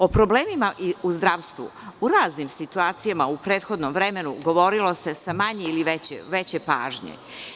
O problemima u zdravstvu u raznim situacijama u prethodnom vremenu govorilo se sa manje ili više pažnje.